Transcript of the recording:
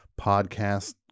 podcast